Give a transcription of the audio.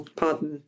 pardon